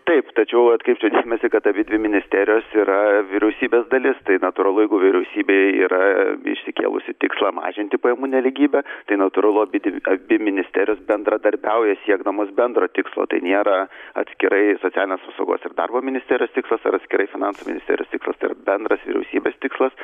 taip tačiau atkreipčiau dėmesį kad abidvi ministerijos yra vyriausybės dalis tai natūralu jeigu vyriausybė yra išsikėlusi tikslą mažinti pajamų nelygybę tai natūralu abidvi abi ministerijos bendradarbiauja siekdamos bendro tikslo tai nėra atskirai socialinės apsaugos ir darbo ministerijos tikslas atskirai finansų ministerijos tikslas bendras vyriausybės tikslas